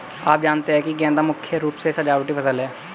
आप जानते ही है गेंदा मुख्य रूप से सजावटी फसल है